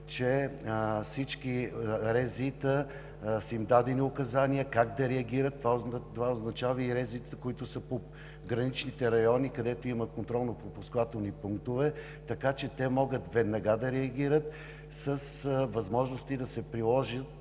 на всички РЗИ са им дадени указания как да реагират. Това означава и районните здравни инспекции, които са по граничните райони, където има контролно-пропускателни пунктове, така че те могат веднага да реагират с възможности да се приложат